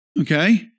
Okay